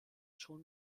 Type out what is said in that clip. schon